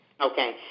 Okay